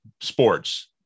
sports